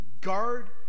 Guard